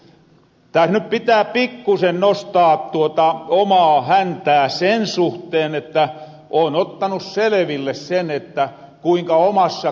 täs nyt pitää pikkusen nostaa tuota omaa häntää sen suhteen että oon ottanu seleville sen kuinka on omassa kunnassa kurikassa